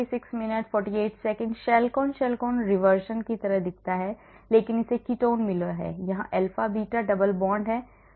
Chalcone Chalcone reservation की तरह दिखता है लेकिन इसे कीटोन मिला है यहां अल्फा बीटा डबल बॉन्ड है